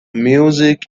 music